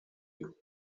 you